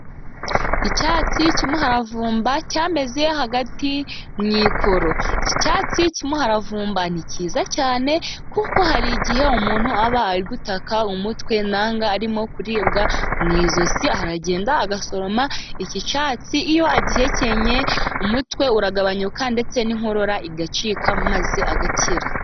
Icyatsi cy'umuravumba cyameze hagati mu ikoro. Icyatsi cy'umuravumba ni cyiza cyane kuko hari igihe umuntu aba ari gutaka umutwe cyangwa arimo kuribwa mu ijosi, aragenda agasoroma iki cyatsi, iyo agihekennye umutwe uragabanyuka ndetse n'inkorora igacika, maze agakira.